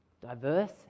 diverse